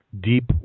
deep